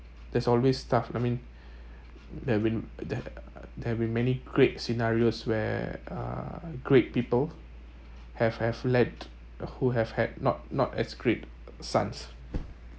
there's always stuff I mean that there there have been many great scenarios where uh great people have have led who have had not not as great sons